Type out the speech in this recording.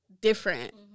different